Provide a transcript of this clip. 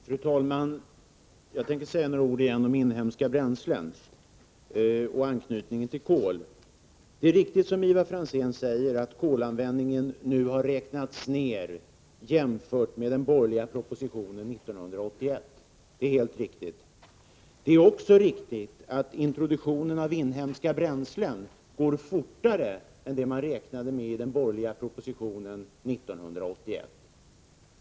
Fru talman! Jag tänker säga några ord igen om inhemska bränslen och anknytningen till kol. Det är riktigt, som Ivar Franzén säger, att kolanvändningen nu har räknats ner jämfört med vad som angavs i den borgerliga propositionen 1981. Det är också riktigt att introduktionen av inhemska bränslen går fortare än man räknade med i den borgerliga propositionen 1981.